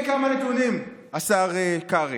הינה כמה נתונים, השר קרעי: